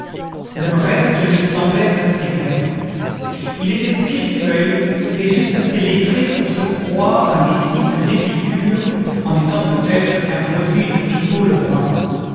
le reste lui semblait assez bête il était spirituel et juste assez lettré pour se croire un disciple d'épicure en n'étant peut-être qu'un produit de